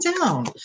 down